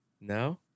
No